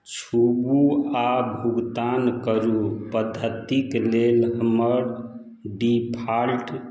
छुबू आओर भुगतान करू पद्धतिके लेल हमर डिफॉल्ट